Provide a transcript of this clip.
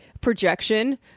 projection